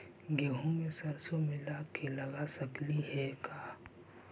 गेहूं मे सरसों मिला के लगा सकली हे का?